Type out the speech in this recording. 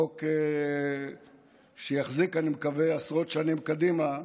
חוק שיחזיק, אני מקווה, עשרות שנים קדימה,